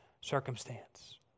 circumstance